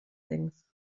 things